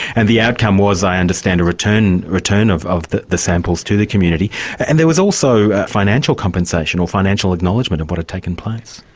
and the outcome was, i understand, a return return of of the the samples to the community and there was also financial compensation, or financial acknowledgment of what had taken place?